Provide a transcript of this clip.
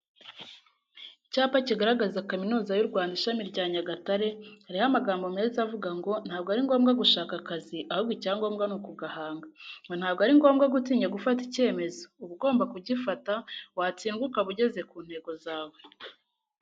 Icyapa kigaragaza Kaminuza y'u Rwanda ishami rya Nyagatare, hariho amagambo meza, avuga ngo ntabwo ari ngombwa gushaka akazi, ahubwo icyangombwa ni ukugahanga, ngo ntabwo ari ngombwa gutinya gufata ikemezo, uba ugomba kugifata watsinda ukaba ugeze ku ntego zawe.